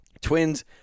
Twins